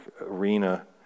Arena